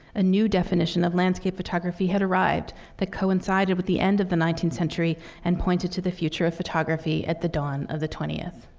a new definition of landscape photography had arrived that coincided with the end of the nineteenth century and pointed to the future of photography at the dawn of the twentieth.